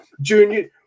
junior